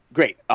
Great